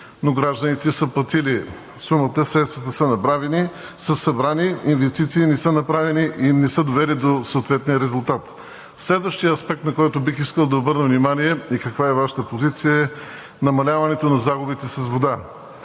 но гражданите са платили сумата, средствата са събрани, инвестиции не са направени и не са довели до съответния резултат. Следващият аспект, на който бих искал да обърна внимание и каква е Вашата позиция, е намаляването на загубите с вода.